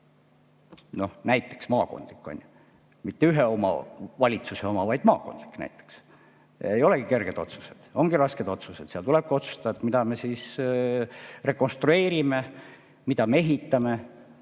Noh, näiteks maakondlik, on ju, mitte ühe omavalitsuse oma, vaid maakondlik. Ei olegi kerged otsused, ongi rasked otsused, seal tulebki otsustada, mida me siis rekonstrueerime, mida me ehitame